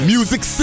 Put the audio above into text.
Music